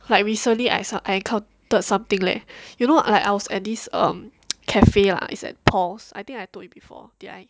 like recently I saw I encountered something leh you know like I was at this um cafe lah is at paul's I think I told you before